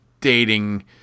dating